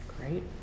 Great